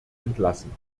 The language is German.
entlassen